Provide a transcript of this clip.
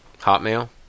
Hotmail